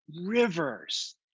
rivers